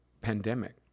pandemic